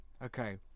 Okay